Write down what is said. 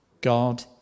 God